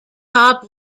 top